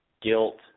guilt